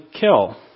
kill